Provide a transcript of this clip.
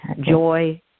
joy